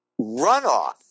runoff